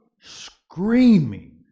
screaming